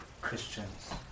Christians